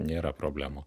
nėra problemų